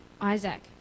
Isaac